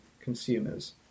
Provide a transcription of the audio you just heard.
consumers